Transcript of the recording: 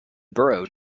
borough